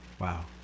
Wow